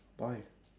why